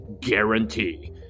guarantee